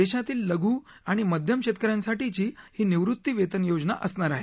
देशातील लघु आणि मध्यम शेतक यांसाठीची ही निवृत्ती वेतन योजना असणार आहे